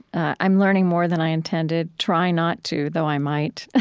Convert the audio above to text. i'm learning more than i intended, try not to though i might. ah